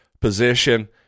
position